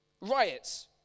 riots